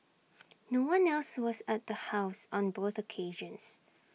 no one else was at the house on both occasions